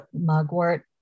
mugwort